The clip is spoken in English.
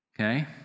Okay